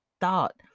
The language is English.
thought